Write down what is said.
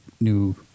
new